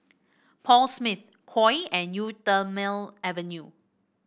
Paul Smith Koi and Eau Thermale Avene